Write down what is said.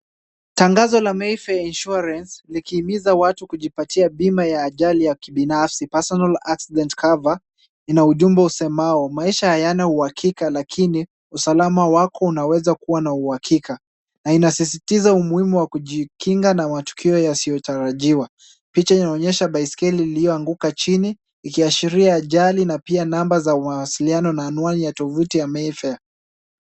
Tangazo la Mayfair Insurance likihimiza watu kujipatia bima ya ajali ya kibinafsi personal accident cover . Lina ujumbe usemao, 'maisha hayana uhakika, lakini usalama wako unaweza kuwa na uhakika', na inasisitiza umuhimu wa kujikinga na matukio yasiyotarajiwa. Picha inaonyesha baiskeli liliyoanguka chini, ikiashiria ajali, na pia namba za mawasiliano na anwani ya tovuti ya Mayfair.